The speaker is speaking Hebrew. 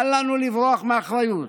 אל לנו לברוח מאחריות,